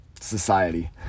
society